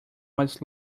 was